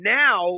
now